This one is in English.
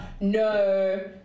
no